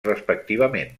respectivament